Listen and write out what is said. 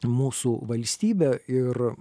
mūsų valstybė ir